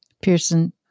Pearson